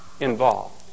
involved